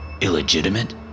Illegitimate